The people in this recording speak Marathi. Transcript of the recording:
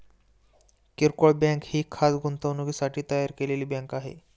किरकोळ बँक ही खास गुंतवणुकीसाठी तयार केलेली बँक आहे